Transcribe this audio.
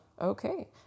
Okay